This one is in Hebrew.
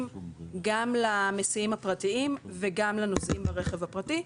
גם למסיעים הפרטיים וגם לנוסעים ברכב הפרטי.